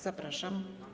Zapraszam.